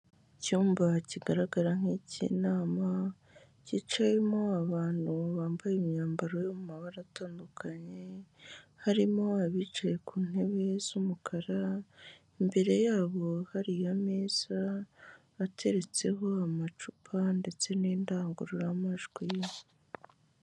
Icyumba kigaragara nk'icy'inama, kicayemo abantu bambaye imyambaro y'amabara atandukanye harimo abicaye ku ntebe z'umukara, imbere yabo hari ameza ateretseho amacupa ndetse n'indangururamajwi.